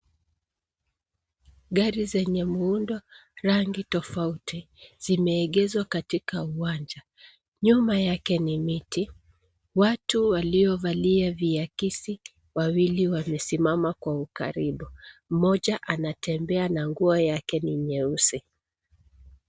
Gari zenye muundo, rangi tofauti zimeegeshwa katika uwanja. Nyuma yake ni miti. Watu waliovalia viakisi wawili wamesimama kwa ukaribu. Mmoja anatembea na nguo yake ni nyeusi.